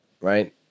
right